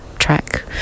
track